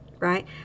right